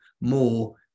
more